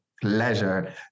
pleasure